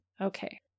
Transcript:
Okay